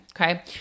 Okay